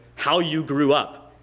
how you grew up.